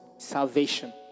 salvation